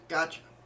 Gotcha